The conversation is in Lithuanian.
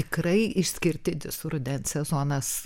tikrai išskirtinis rudens sezonas